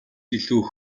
илүү